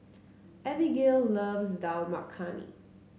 Abigayle loves Dal Makhani